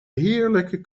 heerlijke